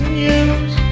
news